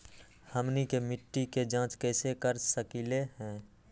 हमनी के मिट्टी के जाँच कैसे कर सकीले है?